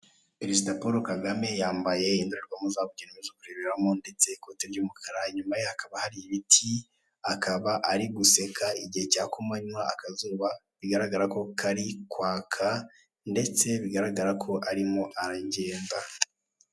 Perezida Paul Kagame yambaye indorerwamo zabugenewe zo kureberamo ndetse ikote ry'umukara inyuma ye hakaba hari ibiti akaba ari guseka igihe cya kumanywa akazuba bigaragara ko kari kwaka ndetse bigaragara ko arimo aragenda.